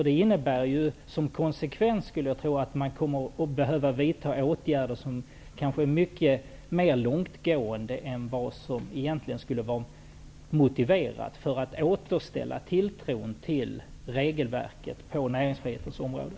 Det får som konsekvens, skulle jag tro, att man kommer att behövs vidta åtgärder som är mycket mer långtgående än vad som egentligen skulle vara motiverat, för att återställa tilltron till regelverket på näringsfrihetens område.